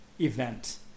event